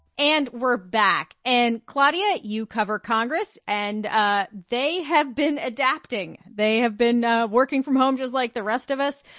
and we're back. and claudia, you cover congress, and ah they have been adapting. they have been ah working from home just like the rest of us.